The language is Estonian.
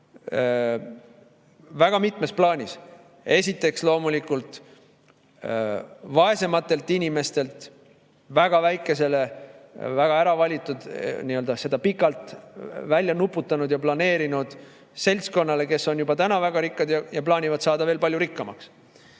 väga mitmes plaanis. Esiteks, loomulikult vaesematelt inimestelt väga väikesele, väga äravalitud, seda pikalt välja nuputanud ja planeerinud seltskonnale, kes on juba täna väga rikkad ja plaanivad saada veel palju rikkamaks.